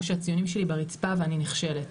או שהציונים שלי ברצפה ואני נכשלת,